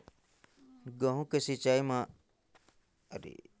गंहू के खेती मां सिंचाई करेके सबले बढ़िया तरीका होही?